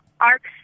arcs